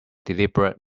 deliberate